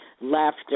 laughter